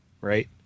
right